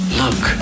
look